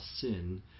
sin